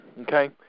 okay